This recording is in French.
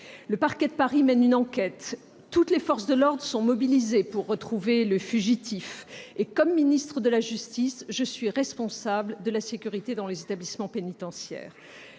Le parquet de Paris mène une enquête. Toutes les forces de l'ordre sont mobilisées pour retrouver le fugitif. En tant que garde des sceaux, je suis responsable de la sécurité dans les établissements pénitentiaires.